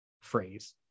phrase